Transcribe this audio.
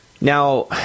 Now